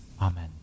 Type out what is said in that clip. Amen